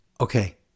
Okay